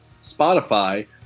Spotify